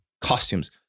costumes